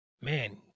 man